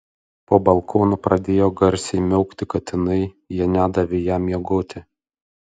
po balkonu pradėjo garsiai miaukti katinai jie nedavė jam miegoti